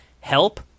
help